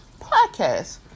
podcast